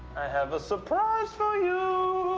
have a surprise for you.